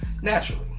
naturally